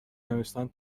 نوشتن